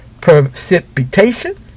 precipitation